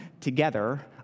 together